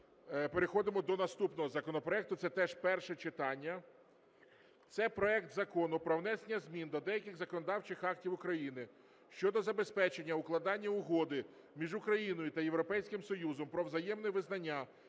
переходимо до наступного законопроекту, це теж перше читання. Це проект Закону про внесення змін до деяких законодавчих актів України щодо забезпечення укладання угоди між Україною та Європейським Союзом про взаємне визнання